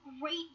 great